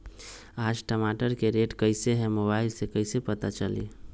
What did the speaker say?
आज टमाटर के रेट कईसे हैं मोबाईल से कईसे पता चली?